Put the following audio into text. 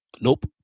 Nope